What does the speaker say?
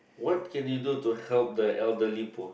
what can you do to help the elderly poor